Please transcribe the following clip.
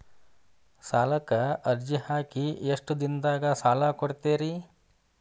ಸಾಲಕ ಅರ್ಜಿ ಹಾಕಿ ಎಷ್ಟು ದಿನದಾಗ ಸಾಲ ಕೊಡ್ತೇರಿ?